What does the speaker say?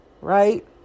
right